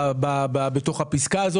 ג',